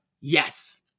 Yes